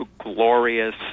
glorious